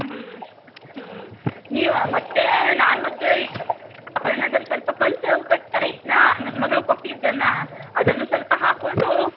ಹ್ಞೂ ಹ್ಞೂ ನೀವು ಮತ್ತು ನಾನು ಮತ್ತು ಈ ಆಭರ್ಣದಲ್ಲಿ ಸ್ವಲ್ಪ ಕಂತು ಕಟ್ತಾ ಇದ್ದೆನಾ ನನ್ನ ಮಗಳು ಕೊಟ್ಟಿದ್ದನ್ನು ಅದನ್ನು ಸ್ವಲ್ಪ ಹಾಕ್ಕೊಂಡು